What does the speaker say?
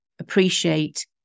appreciate